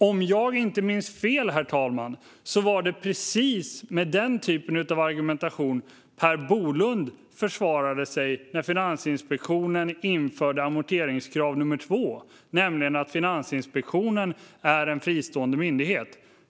Om jag inte minns fel, herr talman, var det precis med den typen av argumentation som Per Bolund försvarade sig när Finansinspektionen införde amorteringskrav nummer två, nämligen att Finansinspektionen är en fristående myndighet.